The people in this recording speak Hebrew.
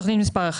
תוכנית 1: